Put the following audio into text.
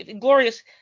glorious